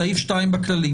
סעיף 2 בכללים,